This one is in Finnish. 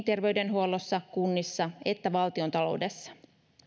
terveydenhuollossa kunnissa kuin valtiontaloudessa